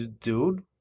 dude